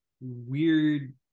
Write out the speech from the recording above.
weird